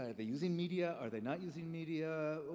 are they using media? are they not using media?